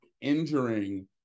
injuring